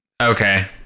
Okay